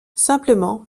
simplement